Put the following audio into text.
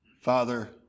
Father